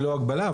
ללא הגבלה,